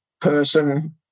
person